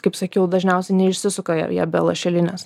kaip sakiau dažniausiai neišsisuka jie be lašelinės